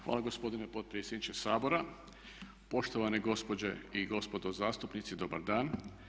Hvala gospodine potpredsjedniče Sabora, poštovane gospođe i gospodo zastupnici dobar dan.